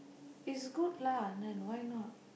is good lah then why not